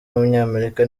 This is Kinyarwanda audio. w’umunyamerika